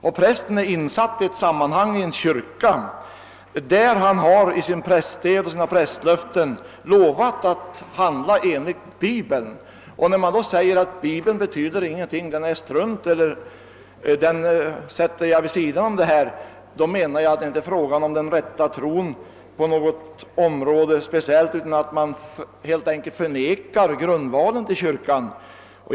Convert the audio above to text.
En präst verkar i en kyrka och har i sina prästlöften lovat att handla enligt Bibeln. Om någon säger att Bibeln inte betyder nå gonting, att Bibeln bara är strunt eller att man kan sätta sig över den, är det inte fråga om den rätta tron inom någo! speciellt område, utan vederbörande förnekar helt enkelt kyrkans grundval.